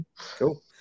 Cool